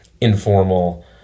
informal